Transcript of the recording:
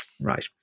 Right